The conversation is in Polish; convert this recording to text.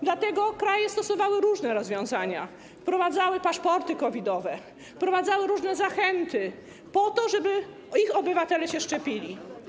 Dlatego kraje stosowały różne rozwiązania: wprowadzały paszporty COVID-owe, wprowadzały różne zachęty, po to żeby ich obywatele się szczepili.